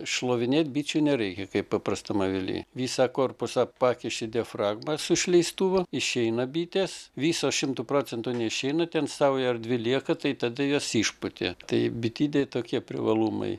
iššlavinėt bičių nereikia kaip paprastam avily visą korpusą pakiši diafragmas su išleistuvu išeina bitės visos šimtu procentų neišeina ten sauja ar dvi lieka tai tada jas išpūti tai bitidėj tokie privalumai